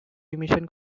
emission